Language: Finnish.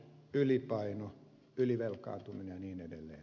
ylipaino ylivelkaantuminen niin edelleen